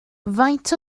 faint